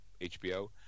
HBO